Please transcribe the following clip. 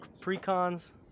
Pre-cons